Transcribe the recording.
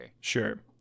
sure